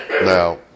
Now